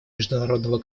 международного